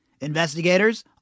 Investigators